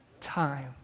time